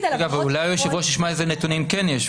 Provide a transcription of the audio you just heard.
--- אולי היושב ראש ישמע אילו נתונים כן יש,